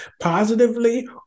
positively